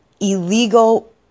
illegal